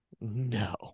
No